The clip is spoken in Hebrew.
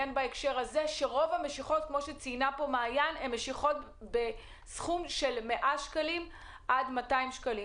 שרוב המשיכות הן משיכות בסכום של 100 שקלים עד 200 שקלים.